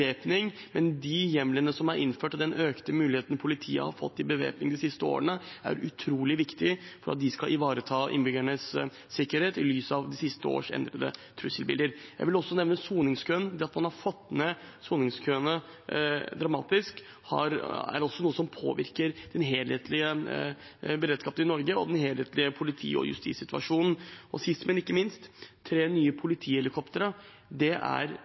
dag, men de hjemlene som er innført, og den økte muligheten politiet har fått til bevæpning de siste årene, er utrolig viktige for at de skal kunne ivareta innbyggernes sikkerhet i lys av de siste års endrede trusselbilde. Jeg vil også nevne soningskøene. At man har fått ned soningskøene dramatisk, er noe som påvirker den helhetlige beredskapen i Norge og den helhetlige politi- og justissituasjonen. Sist, men ikke minst: Tre nye politihelikoptre er